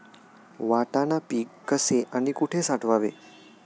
वाटाणा पीक कसे आणि कुठे साठवावे?